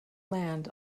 land